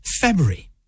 February